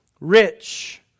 rich